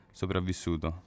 sopravvissuto